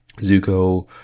Zuko